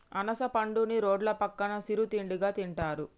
అనాస పండుని రోడ్డు పక్కన సిరు తిండిగా తింటారు